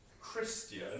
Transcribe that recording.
Christian